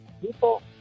people